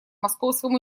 московском